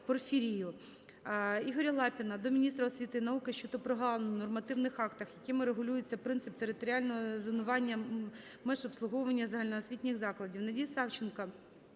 Ігоря Лапіна до міністра освіти і науки щодо прогалин в нормативних актах, якими регулюється принцип територіального зонування меж обслуговування загальноосвітніх закладів.